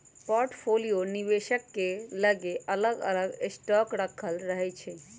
portfolio निवेशक के लगे अलग अलग स्टॉक राखल रहै छइ